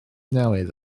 newydd